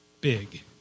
big